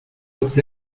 autres